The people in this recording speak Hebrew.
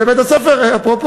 אפרופו,